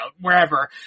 wherever